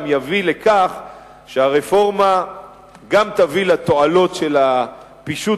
גם יביא לכך שהרפורמה גם תביא לתועלות של פישוט